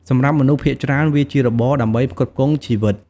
សម្រាប់មនុស្សភាគច្រើន វាជារបរដើម្បីផ្គត់ផ្គង់ជីវិត។